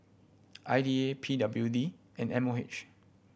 I D A P W D and M O H